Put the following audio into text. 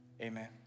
amen